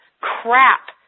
crap